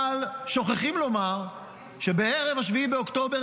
אבל שוכחים לומר שבערב 7 באוקטובר